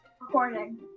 recording